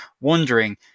wondering